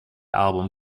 album